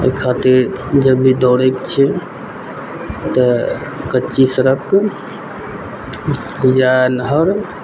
तै खातिर जब भी दौड़ैत छियै तऽ कच्ची सड़क या नहर